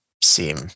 seem